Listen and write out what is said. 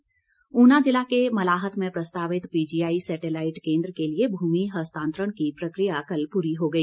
PGI Una जिला के मलाहत में प्रस्तावित पीजीआई सैटेलाईट केन्द्र के लिए भूमि हस्तांतरण की प्रक्रिया कल पूरी हो गई